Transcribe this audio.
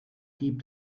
keep